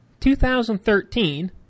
2013